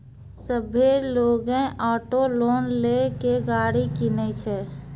सभ्भे लोगै auto loan लेय के गाड़ी किनै छै